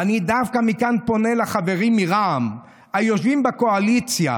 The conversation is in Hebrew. ואני דווקא מכאן פונה לחברים מרע"מ היושבים בקואליציה